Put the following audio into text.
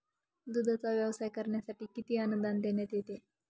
दूधाचा व्यवसाय करण्यासाठी किती अनुदान देण्यात येते?